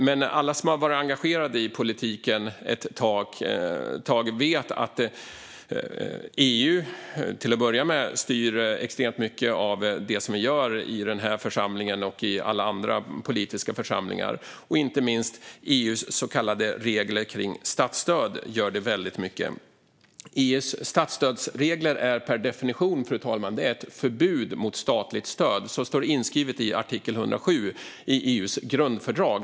Men alla som har varit engagerade i politiken ett tag vet att EU till att börja med styr extremt mycket av det vi gör i den här församlingen och i alla andra politiska församlingar. Inte minst gör EU:s så kallade regler kring statsstöd det i hög grad. EU:s statsstödsregler är per definition, fru talman, ett förbud mot statligt stöd som står inskrivet i artikel 107 i EU:s grundfördrag.